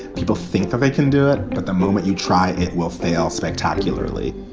people think that they can do it. but the moment you try, it will fail spectacularly.